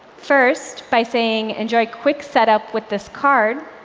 first, by saying, enjoy quick setup with this card,